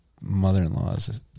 mother-in-law's